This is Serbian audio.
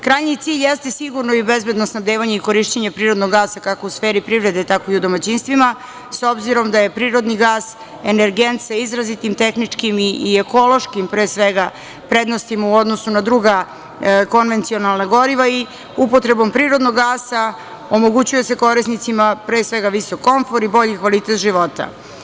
Krajnji cilj jeste sigurno i bezbedno snabdevanje i korišćenje prirodnog gasa kako u sferi privrede, tako i u domaćinstvima, s obzirom da je prirodni gas energent sa izrazitim tehničkim i ekološkim pre svega prednostima u odnosu na druga konvencionalna goriva i upotrebom prirodnog gasa omogućuje se korisnicima pre svega visok komfor i bolji kvalitet života.